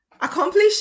accomplish